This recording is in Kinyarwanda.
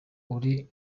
uri